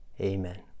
Amen